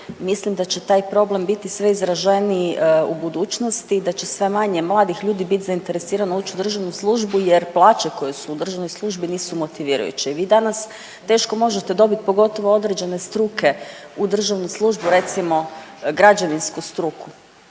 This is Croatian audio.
mislim da će taj problem biti sve izraženiji u budućnosti i da će sve manje mladih ljudi bit zainteresirano uć u državnu službu jer plaće koje su u državnoj službi nisu motivirajuće i vi danas teško možete dobit, pogotovo određene struke u državnu službu, recimo građevinsku struku